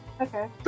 Okay